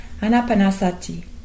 Anapanasati